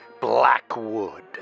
Blackwood